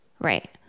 Right